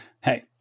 Hey